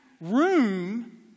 room